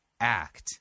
act